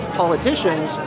politicians